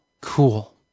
Cool